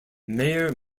mayor